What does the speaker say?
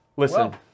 Listen